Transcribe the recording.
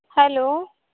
hello